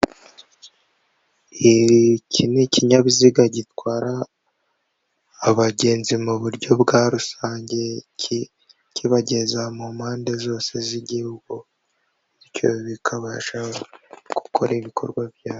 Iki ni ikinyabiziga gitwara abagenzi mu buryo bwa rusange kibageza mu mpande zose z'igihugu, bityo bikabasha gukora ibikorwa byazo.